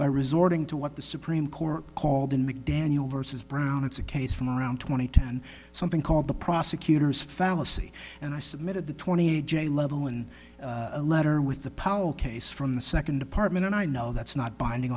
by resorting to what the supreme court called in mcdaniel versus brown it's a case from around two thousand and ten something called the prosecutor's fallacy and i submitted the twenty eight j level and a letter with the powell case from the second department and i know that's not binding